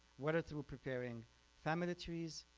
whether through preparing family trees,